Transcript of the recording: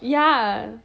ya